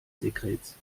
sekrets